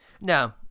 No